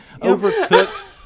overcooked